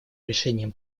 решением